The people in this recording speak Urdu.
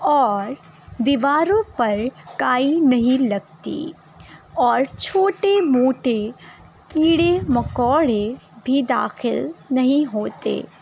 اور دیواروں پر کائی نہیں لگتی اور چھوٹے موٹے کیڑے مکوڑے بھی داخل نہیں ہوتے